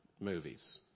movies